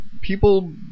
people